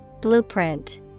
Blueprint